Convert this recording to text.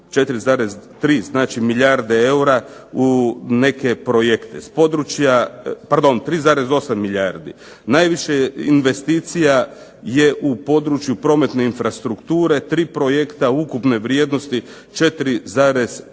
milijarde eura u neke projekte s područja, pardon 3,8 milijardi. Najviše investicija je u području prometne infrastrukture, 3 projekta ukupne vrijednosti 4,3